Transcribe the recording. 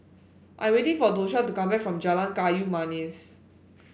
I am waiting for Tosha to come back from Jalan Kayu Manis